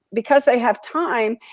because they have time,